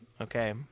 okay